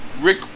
Rick